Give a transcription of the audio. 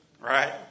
right